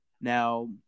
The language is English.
Now